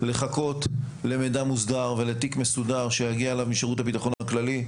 לחכות למידע מוסדר ולתיק מסודר שיגיע אליו משירות הביטחון הכללי.